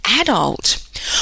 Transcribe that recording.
adult